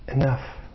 Enough